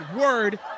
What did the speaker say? word